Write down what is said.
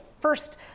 first